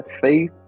faith